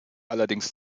allerdings